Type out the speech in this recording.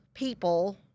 people